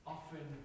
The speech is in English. Often